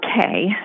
Okay